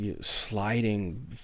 sliding